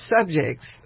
subjects